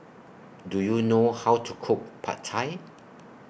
Do YOU know How to Cook Pad Thai